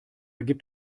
gibt